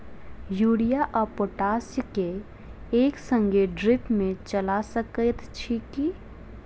Urea आ potash केँ एक संगे ड्रिप मे चला सकैत छी की?